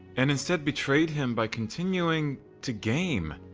and instead betrayed him by continuing to game,